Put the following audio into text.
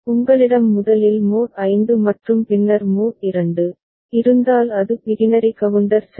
உங்களிடம் முதலில் மோட் 5 மற்றும் பின்னர் மோட் 2 இருந்தால் அது பிகினரி கவுண்டர் சரி